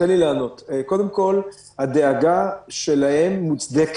קודם כול, הדאגה שלהם מוצדקת,